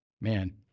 man